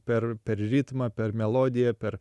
per per ritmą per melodiją per